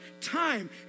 time